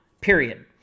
period